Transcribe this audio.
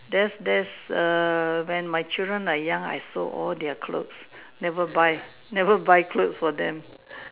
there's there's a when my children are young I sewed all their clothes never buy never buy clothes for them